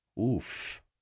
Oof